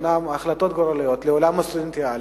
אומנם החלטות גורליות לעולם הסטודנטיאלי,